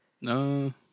No